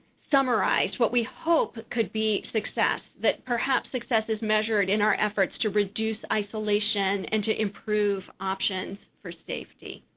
summarized what we hope could be success, that perhaps success is measured in our efforts to reduce isolation and to improve options for safety.